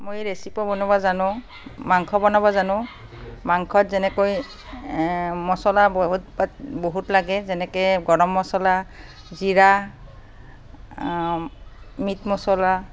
মই ৰেচিপি বনাব জানো মাংস বনাব জানো মাংসত যেনেকৈ মচলা বহুত পাত বহুত লাগে যেনেকৈ গৰম মচলা জীৰা মিট মচলা